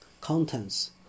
contents